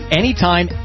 anytime